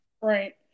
Right